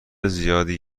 زیادی